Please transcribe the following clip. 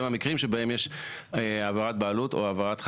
והם המקרים שבהם יש העברת בעלות או העברת חכירה.